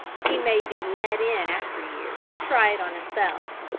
he may be led in after-years to try it on himself.